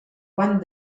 quant